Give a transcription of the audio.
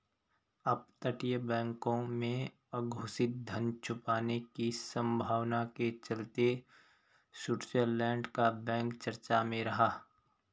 अपतटीय बैंकों में अघोषित धन छुपाने की संभावना के चलते स्विट्जरलैंड का बैंक चर्चा में रहा